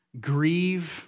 grieve